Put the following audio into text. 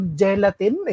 gelatin